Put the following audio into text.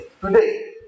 today